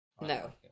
No